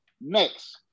next